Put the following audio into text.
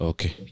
Okay